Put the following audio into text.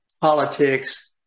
politics